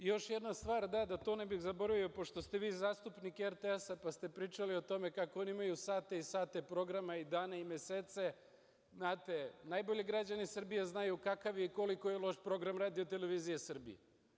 Još jedna stvar, da to ne bih zaboravio, pošto ste vi zastupnik RTS-a, pa ste pričali o tome kako oni imaju sate i sate programa, dane i mesece, znate, najbolje građani Srbije znaju kakav je i koliko je loš program RTS-a.